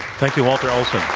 thank you, walter olson.